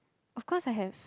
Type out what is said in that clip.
of course I have